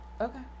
Okay